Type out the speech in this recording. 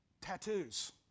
tattoos